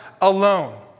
alone